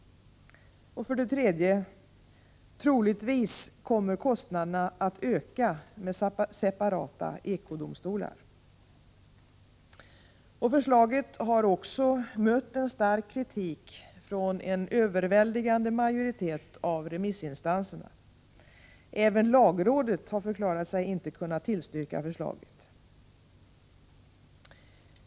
För det tredje: troligtvis kommer kostnaderna att öka med separata ekodomstolar. Förslaget har också mött en stark kritik från en överväldigande majoritet av remissinstanserna. Inte heller lagrådet har förklarat sig kunna tillstyrka förslaget.